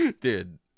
Dude